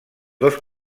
dos